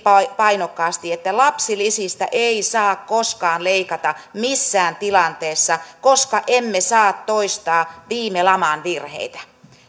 painokkaasti että lapsilisistä ei saa koskaan leikata missään tilanteessa koska emme saa toistaa viime laman virheitä